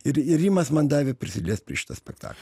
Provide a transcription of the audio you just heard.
ir ir rimas man davė prisiliest prie šito spektaklio